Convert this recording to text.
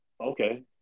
okay